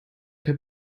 per